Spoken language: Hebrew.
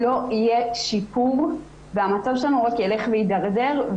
לא יהיה שיפור והמצב שלנו רק ילך ויתדרדר.